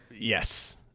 Yes